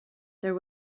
there